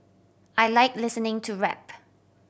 I like listening to rap